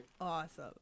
Awesome